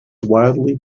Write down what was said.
widely